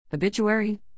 Obituary